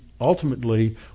ultimately